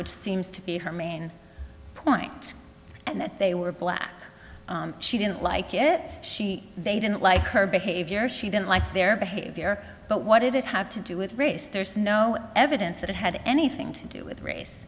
which seems to be her main point and that they were black she didn't like it she they didn't like her behavior she didn't like their behavior but what did it have to do with race there's no evidence that it had anything to do with race